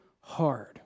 hard